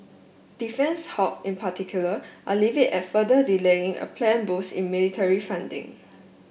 defence hawk in particular are livid at further delaying a planned boost in military funding